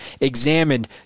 examined